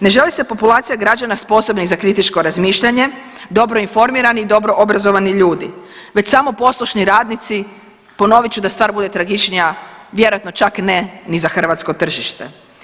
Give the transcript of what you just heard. Ne želi se populacija građana sposobnih za kritično razmišljanje, dobro informiranih, dobro obrazovani ljudi već samo poslušni radnici, ponovit ću, da stvar bude tragičnija, vjerojatno čak ne ni za hrvatsko tržište.